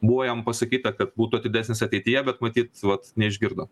buvo jam pasakyta kad būtų atidesnis ateityje bet matyt vat neišgirdo